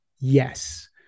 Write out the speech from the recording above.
yes